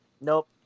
Nope